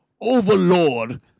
overlord